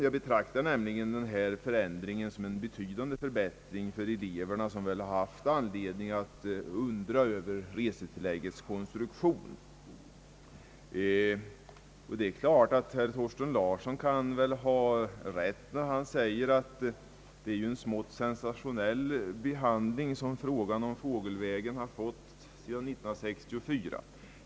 Jag betraktar nämligen den här förändringen som en betydande förbättring för eleverna som väl har haft anledning att undra över resetilläggets konstruktion. Herr Thorsten Larsson kan väl ha rätt när han säger att det är en smått sensationell behandling som frågan om fågelvägen har fått sedan år 1964.